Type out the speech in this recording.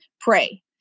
pray